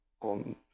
on